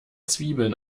zwiebeln